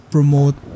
Promote